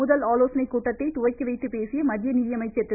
முதல் ஆலோசனைக் கூட்டத்தை துவக்கி வைத்து பேசிய மத்திய நிதியமைச்சர் திரு